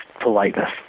politeness